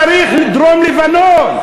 עכשיו, מזרחי, אבל, תקשיב, לא צריך לדרום-לבנון.